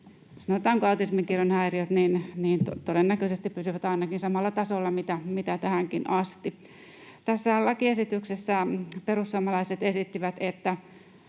sanotaanko, autismikirjon häiriöt todennäköisesti pysyvät ainakin samalla tasolla kuin tähänkin asti. Tässä lakiesityksessä perussuomalaiset esittivät